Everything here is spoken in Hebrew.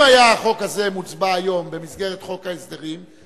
אם היה החוק הזה מוצבע היום במסגרת חוק ההסדרים,